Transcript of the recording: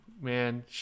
man